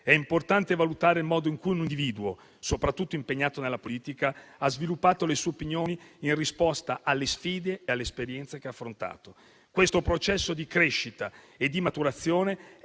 è importante valutare il modo in cui un individuo, soprattutto impegnato nella politica, ha sviluppato le sue opinioni in risposta alle sfide e alle esperienze che ha affrontato. Questo processo di crescita e di maturazione è